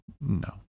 no